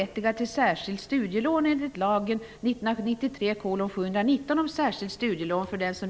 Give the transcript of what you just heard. Ett sådant beslut skulle skapa otrygghet bland de många arbetslösa.